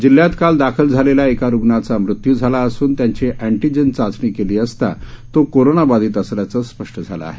जिल्ह्यात काल दाखल झालेल्या एका रुग्णाचा मृत्यू झाला असून त्याची अँटीजेन चाचणी केली असता तो कोरोनाबाधित असल्याचं स्पष्ट झालं आहे